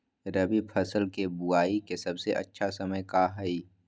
रबी फसल के बुआई के सबसे अच्छा समय का हई?